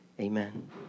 Amen